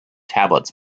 tablets